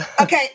Okay